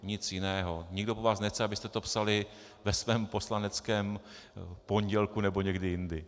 Nic jiného, nikdo po vás nechce, abyste to psali ve svém poslaneckém pondělku nebo někdy jindy.